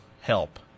help